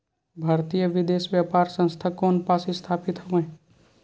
भारतीय विदेश व्यापार संस्था कोन पास स्थापित हवएं?